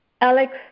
Alex